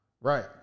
Right